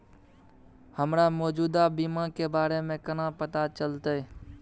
हमरा मौजूदा बीमा के बारे में केना पता चलते?